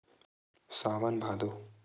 सावन भादो